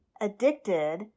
addicted